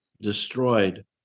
destroyed